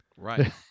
Right